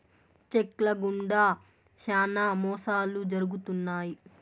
check ల గుండా శ్యానా మోసాలు జరుగుతున్నాయి